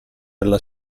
alla